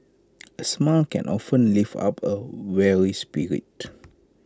A smile can often lift up A weary spirit